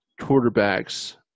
quarterbacks